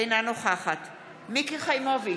אינה נוכחת מיקי חיימוביץ'